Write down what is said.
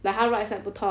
like 它 right side 不痛